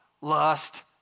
lust